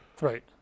Right